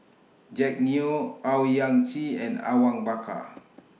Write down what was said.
Jack Neo Owyang Chi and Awang Bakar